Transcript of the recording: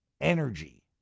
energy